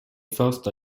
första